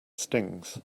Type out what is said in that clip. stings